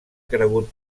cregut